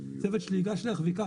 הצוות שלי ייגש אליך בסוף הדיון וניקח